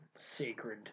sacred